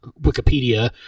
Wikipedia